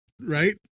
Right